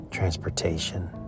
transportation